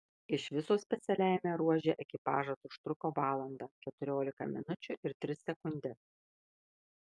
iš viso specialiajame ruože ekipažas užtruko valandą keturiolika minučių ir tris sekundes